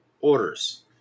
orders